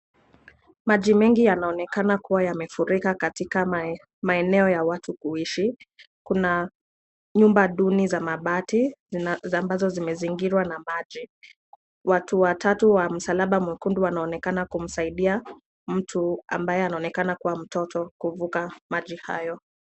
Maji mengi yanaonekana kuwa yamefurika katika maeneo ya watu kuishi. Kuna nyumba duni za mabati ambazo zimezingirwa na maji. Watu watatu wa msalaba mwekundu wanaonekana wakimsaidia mtu ambaye anaonekana kuwa mtoto kuvuka maji hayo.